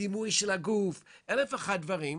דימוי הגוף ואלף ואחד דברים,